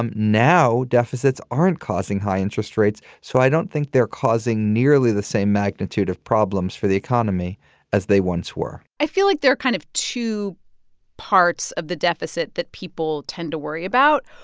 um now deficits aren't causing high interest rates, so i don't think they're causing nearly the same magnitude of problems for the economy as they once were i feel like they're kind of two parts of the deficit deficit that people tend to worry about.